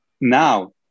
Now